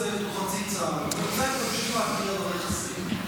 הוא חצי צעד --- בוא נקרא על הרכסים.